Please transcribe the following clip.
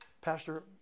Pastor